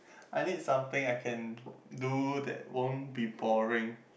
I need something I can do that won't be boring